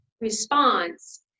response